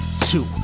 two